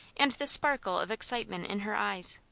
and the sparkle of excitement in her eyes.